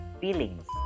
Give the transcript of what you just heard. feelings